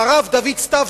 והרב דוד סתיו,